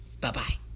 Bye-bye